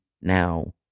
now